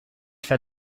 fair